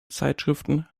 zeitschriften